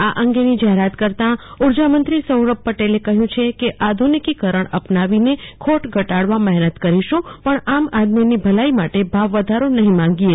આ અંગેની જાહેરાત કરતાં ઉર્જામંત્રી સૌરભ પટેલે કહ્યું છે કે આધુનિકીકરણ અપનાવીને ખોટ ઘટાડવા મહેનત કરીશું પણ આમ આદમીની ભલાઈ માટે ભાવ વધારો નહીં માંગીએ